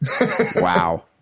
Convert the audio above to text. Wow